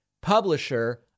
publisher